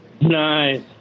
Nice